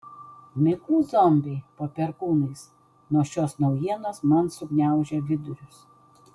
miklūs zombiai po perkūnais nuo šios naujienos man sugniaužė vidurius